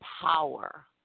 power